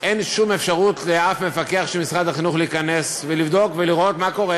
אין שום אפשרות לאף מפקח של משרד החינוך להיכנס ולבדוק ולראות מה קורה